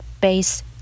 base